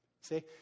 See